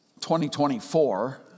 2024